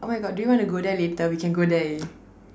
oh my God do you want to go there later we can go there